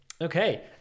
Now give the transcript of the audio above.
Okay